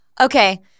Okay